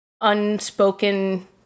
unspoken